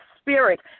spirit